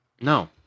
no